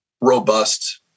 robust